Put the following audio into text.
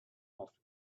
off